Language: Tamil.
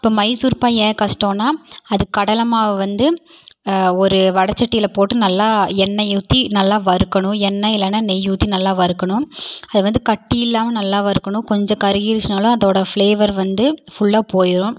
இப்போ மைசூர்பா ஏன் கஷ்டம்னா அது கடலை மாவு வந்து ஒரு வடை சட்டியில போட்டு நல்லா எண்ணெய் ஊற்றி நல்லா வறுக்கணும் எண்ணெய் இல்லைனா நெய் ஊற்றி நல்லா வறுக்கணும் அது வந்து கட்டி இல்லாமல் நல்லா வறுக்கணும் கொஞ்சம் கருகிடுச்சுனாலும் அதோட ஃபிளேவர் வந்து ஃபுல்லாக போயிரும்